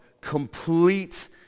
complete